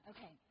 Okay